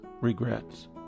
regrets